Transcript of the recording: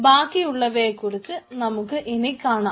ബാക്കിയുള്ളവയെക്കുറിച്ച് നമുക്ക് ഇനി കാണാം